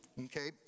okay